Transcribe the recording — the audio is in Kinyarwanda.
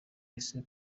wese